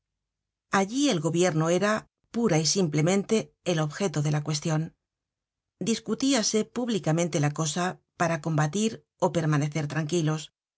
allí el gobierno era pura y simplemente el objeto de la cuestion discutíase públicamente la cosa para combatir ó permanecer tranquilos